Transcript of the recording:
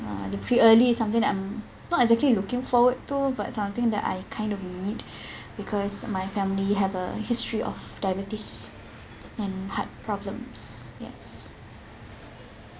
uh the pre early is something that I'm not exactly looking forward to but something that I kind of need because my family have a history of diabetes and heart problems yes